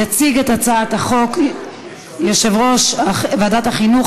יציג את הצעת החוק יושב-ראש ועדת החינוך,